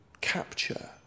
capture